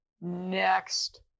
next